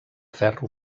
ferro